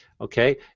Okay